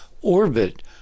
orbit